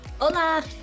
Hola